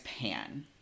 pan